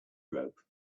rope